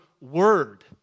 word